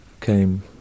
came